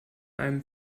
einem